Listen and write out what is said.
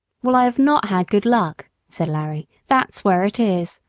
well, i have not had good luck, said larry, that's where it is.